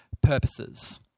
purposes